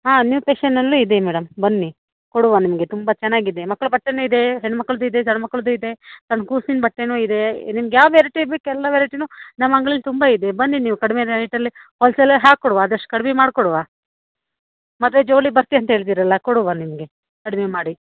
ಹಾಂ ನ್ಯೂ ಪೇಷನಲ್ಲೂ ಇದೆ ಮೇಡಮ್ ಬನ್ನಿ ಕೊಡುವಾ ನಿಮಗೆ ತುಂಬ ಚೆನ್ನಾಗಿದೆ ಮಕ್ಳ ಬಟ್ಟೆಯೂ ಇದೆ ಹೆಣ್ಣು ಮಕ್ಳದ್ದು ಇದೆ ಗಣಿ ಮಕ್ಳದ್ದು ಇದೆ ಸಣ್ಣ ಕೂಸಿನ ಬಟ್ಟೆಯೂ ಇದೆ ನಿಮ್ಗೆ ಯಾವ ವೆರೈಟಿ ಬೇಕು ಎಲ್ಲ ವೆರೈಟಿಯೂ ನಮ್ಮ ಅಂಗಡಿಲಿ ತುಂಬ ಇದೆ ಬನ್ನಿ ನೀವು ಕಡಿಮೆ ರೇಟಲ್ಲೇ ಹೋಲ್ಸೇಲ್ ಹಾಕಿ ಕೊಡುವ ಆದಷ್ಟು ಕಡ್ಮೆ ಮಾಡಿಕೊಡುವಾ ಮತ್ತು ಜವಳಿ ಭರ್ತಿ ಅಂಥೇಳಿದ್ದೀರಲ್ಲ ಕೊಡುವಾ ನಿಮಗೆ ಕಡಿಮೆ ಮಾಡಿ